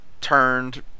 turned